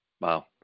Wow